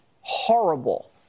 horrible